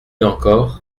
encore